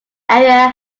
area